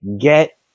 get